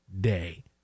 day